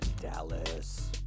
Dallas